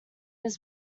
his